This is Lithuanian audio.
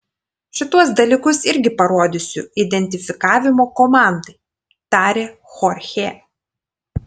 šituos dalykus irgi parodysiu identifikavimo komandai tarė chorchė